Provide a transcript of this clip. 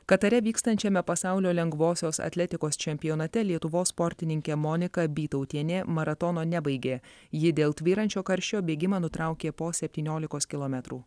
katare vykstančiame pasaulio lengvosios atletikos čempionate lietuvos sportininkė monika bytautienė maratono nebaigė ji dėl tvyrančio karščio bėgimą nutraukė po septyniolikos kilometrų